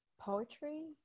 poetry